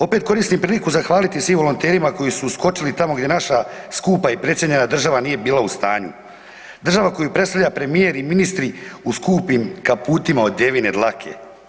Opet koristim priliku zahvaliti svim volonterima koji su uskočili tamo gdje naša skupa i precijenjena država nije bila u stanju, država koju predstavlja premijer i ministri u skupim kaputima od devine dlake.